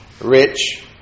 Rich